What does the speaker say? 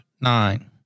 nine